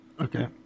Okay